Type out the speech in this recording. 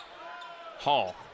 Hall